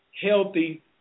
healthy